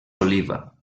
oliva